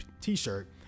t-shirt